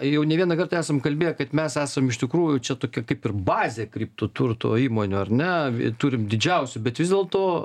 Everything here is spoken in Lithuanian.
jau ne vieną kartą esam kalbėję kad mes esam iš tikrųjų čia tokie kaip ir bazė krypto turto įmonių ar ne turim didžiausių bet vis dėlto